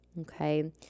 Okay